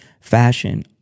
fashion